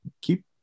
keep